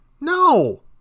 No